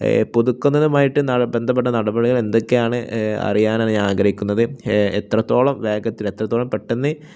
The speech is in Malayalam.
പുതുക്കുന്നതുമായിട്ട് ബന്ധപ്പെട്ട നടപടികൾ എന്തൊക്കെയാണെന്ന് അറിയാനാണ് ഞാൻ ആഗ്രഹിക്കുന്നത് എത്രത്തോളം വേഗത്തിൽ എത്രത്തോളം പെട്ടെന്ന്